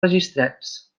registrats